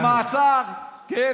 במעצר, כן?